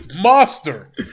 monster